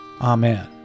Amen